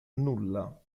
nulla